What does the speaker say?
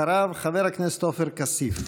אחריו, חבר הכנסת עופר כסיף.